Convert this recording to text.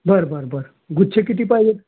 बरं बरं बरं गुच्छ किती पाहिजेत